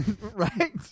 Right